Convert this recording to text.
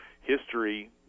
history